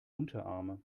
unterarme